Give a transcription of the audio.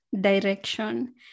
direction